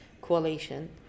coalition